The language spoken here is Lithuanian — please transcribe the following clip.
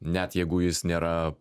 net jeigu jis nėra